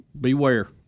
beware